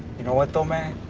you know what, so man?